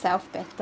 self better